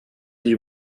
die